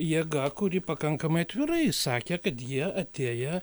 jėga kuri pakankamai atvirai sakė kad jie atėję